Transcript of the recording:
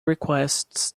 requests